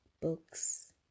Books